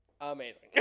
Amazing